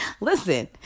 listen